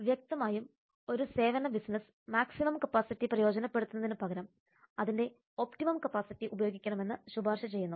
വ്യക്തമായും ഒരു സേവന ബിസിനസ്സ് മാക്സിമം കപ്പാസിറ്റി പ്രയോജനപ്പെടുത്തുന്നതിനു പകരം അതിന്റെ ഒപ്റ്റിമം കപ്പാസിറ്റി ഉപയോഗിക്കണമെന്ന് ശുപാർശ ചെയ്യുന്നു